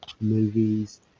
movies